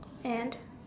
and